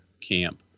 camp